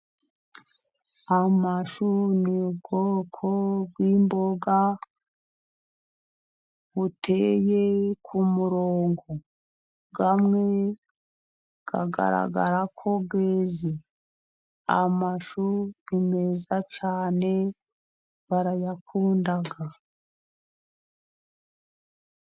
Amashu ni ubwoko bw'imboga buteye ku murongo, amwe agaragara ko yeze. Amashu ni meza cyane barayakunda.